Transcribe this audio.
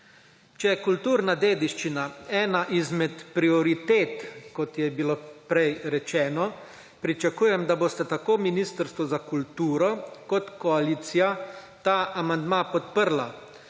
Če je kulturna dediščina ena izmed prioritet, kot je bilo prej rečeno, pričakujem, da boste tako ministrstvo za kulturo kot koalicija ta amandma podprla,